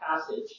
passage